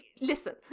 listen